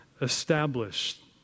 established